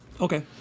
Okay